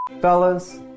Fellas